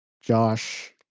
Josh